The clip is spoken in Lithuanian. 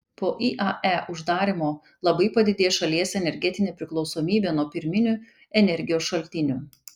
po iae uždarymo labai padidės šalies energetinė priklausomybė nuo pirminių energijos šaltinių